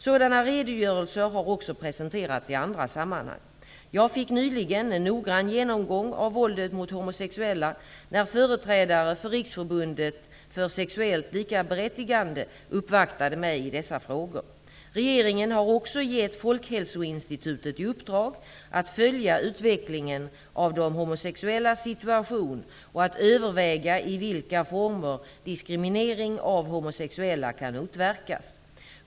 Sådana redogörelser har också presenterats i andra sammanhang. Jag fick nyligen en noggrann genomgång av våldet mot homosexuella när företrädare för Riksförbundet för sexuellt likaberättigande uppvaktade mig i dessa frågor. Regeringen har också gett Folkhälsoinstitutet i uppdrag att följa utvecklingen av de homosexuellas situation och att överväga i vilka former diskriminering av homosexuella kan motverkas.